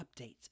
updates